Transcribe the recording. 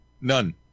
None